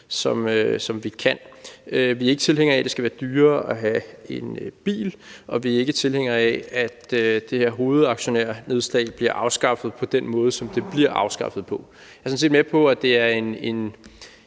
som vi kan. Vi er ikke tilhængere af, at det skal være dyrere at have en bil, og vi er ikke tilhængere af, at det her hovedaktionærnedslag bliver afskaffet på den måde, som det bliver afskaffet på. Jeg er sådan set med på, at det er en